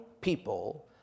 people